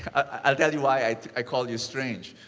i'll tell you why i i call you strange.